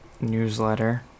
Newsletter